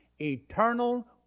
eternal